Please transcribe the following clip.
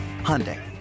Hyundai